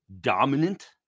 dominant